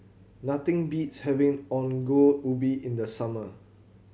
nothing beats having Ongol Ubi in the summer